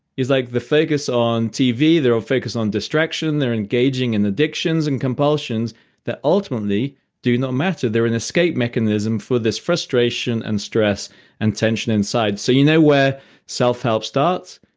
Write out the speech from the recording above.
it's like the focus on tv. they're all focused on distraction. they're engaging in addictions and compulsions that ultimately do not matter. they're an escape mechanism for this frustration and stress and tension inside. so you know where self help starts.